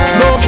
no